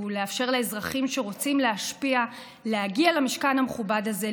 ולאפשר לאזרחים שרוצים להשפיע להגיע למשכן המכובד הזה,